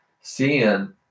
seeing